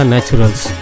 Naturals